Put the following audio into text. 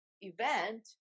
event